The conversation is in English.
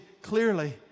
clearly